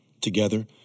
Together